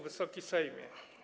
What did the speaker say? Wysoki Sejmie!